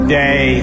day